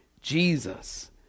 Jesus